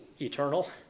eternal